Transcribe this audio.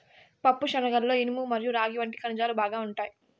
పప్పుశనగలలో ఇనుము మరియు రాగి వంటి ఖనిజాలు బాగా ఉంటాయి